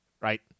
right